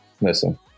Listen